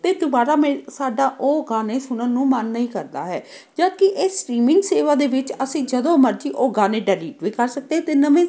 ਅਤੇ ਦੁਬਾਰਾ ਮੇਰ ਸਾਡਾ ਉਹ ਗਾਣੇ ਸੁਣਨ ਨੂੰ ਮਨ ਨਹੀਂ ਕਰਦਾ ਹੈ ਜਦੋਂਕਿ ਇਹ ਸਟਰੀਮਿੰਗ ਸੇਵਾ ਦੇ ਵਿੱਚ ਅਸੀਂ ਜਦੋਂ ਮਰਜ਼ੀ ਉਹ ਗਾਣੇ ਡੈਲੀਟ ਵੀ ਕਰ ਸਕਦੇ ਅਤੇ ਨਵੇਂ